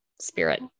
spirit